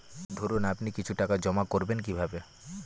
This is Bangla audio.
ধরুন আপনি কিছু টাকা জমা করবেন কিভাবে?